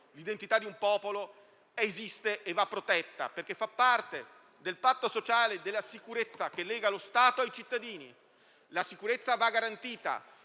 l'identità di un popolo esiste e va protetta perché fa parte del patto sociale e della sicurezza che lega lo Stato ai cittadini. La sicurezza va garantita.